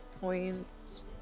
points